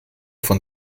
von